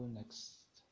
next